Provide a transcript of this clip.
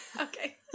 Okay